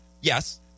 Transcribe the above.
yes